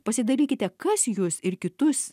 pasidalykite kas jus ir kitus